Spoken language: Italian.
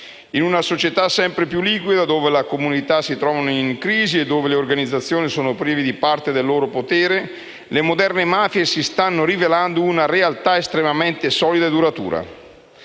In una società sempre più liquida, dove le comunità si trovano in crisi e le organizzazioni sono prive di parte del loro potere, le moderne mafie si stanno rivelando una realtà estremamente solida e duratura.